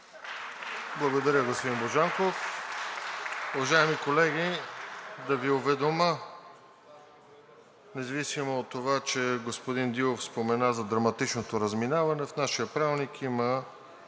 Благодаря, господин Божанков. Уважаеми колеги, да Ви уведомя, независимо че господин Дилов спомена за драматичното разминаване в нашия Правилник, има